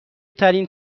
ترین